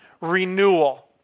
renewal